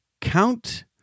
Count